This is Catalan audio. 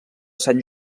sant